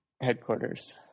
headquarters